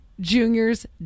Junior's